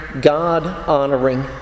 God-honoring